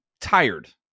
tired